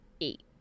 eight